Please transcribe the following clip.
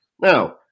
Now